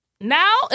Now